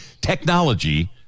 technology